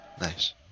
Nice